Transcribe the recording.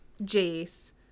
Jace